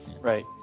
Right